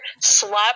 Slap